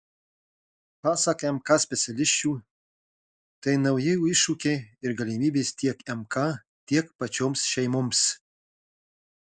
pasak mk specialisčių tai nauji iššūkiai ir galimybės tiek mk tiek pačioms šeimoms